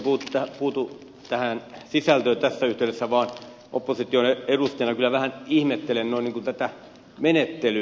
en puutu tähän sisältöön tässä yhteydessä vaan opposition edustajana kyllä vähän ihmettelen tätä menettelyä